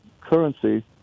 currency